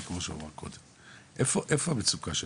איפה המצוקה שלנו?